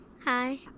Hi